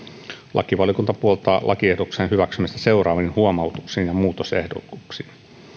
lakivaliokunta puoltaa lakiehdotuksen hyväksymistä seuraavin huomautuksin ja muutosehdotuksin